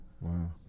Wow